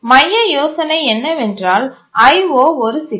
மைய யோசனை என்னவென்றால் I O ஒரு சிக்கல்